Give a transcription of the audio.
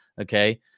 Okay